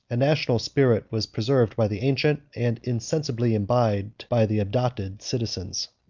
a national spirit was preserved by the ancient, and insensibly imbibed by the adopted, citizens.